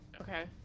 Okay